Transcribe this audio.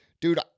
Dude